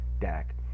Dak